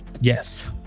yes